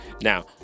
Now